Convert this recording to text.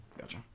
Gotcha